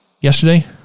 yesterday